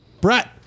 Brett